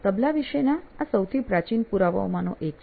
તબલા વિશેના આ સૌથી પ્રાચીન પુરાવા ઓમાં ના એક છે